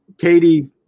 Katie